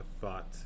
thought